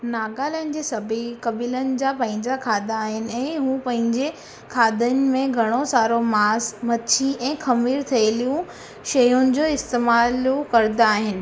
नागालैंड जे सभई कबीलनि जा पंहिंजा खाधा आहिनि ऐं हूं पंहिंजे खाधनि में घणो सारो मांस मछी ऐं खमीर थेलियूं शयुनि जो इस्तेमालु करदा आहिनि